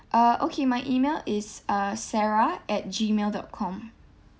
uh okay my email is uh sarah at gmail dot com